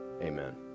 amen